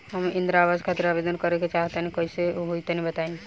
हम इंद्रा आवास खातिर आवेदन करे क चाहऽ तनि कइसे होई?